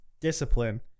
discipline